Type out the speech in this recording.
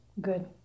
good